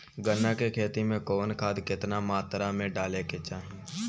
गन्ना के खेती में कवन खाद केतना मात्रा में डाले के चाही?